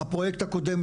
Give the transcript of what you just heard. הפרויקט הקודם,